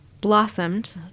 blossomed